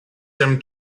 some